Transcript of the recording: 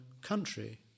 country